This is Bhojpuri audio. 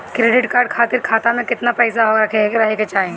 क्रेडिट कार्ड खातिर खाता में केतना पइसा रहे के चाही?